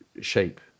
shape